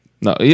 No